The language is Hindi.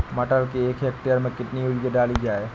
मटर के एक हेक्टेयर में कितनी यूरिया डाली जाए?